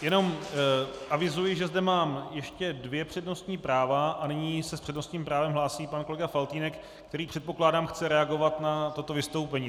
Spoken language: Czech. Jenom avizuji, že zde mám ještě dvě přednostní práva a nyní se s přednostním právem hlásí pan kolega Faltýnek, který, předpokládám, chce reagovat na toto vystoupení.